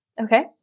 Okay